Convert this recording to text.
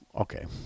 Okay